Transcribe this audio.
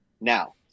Now